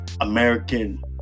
American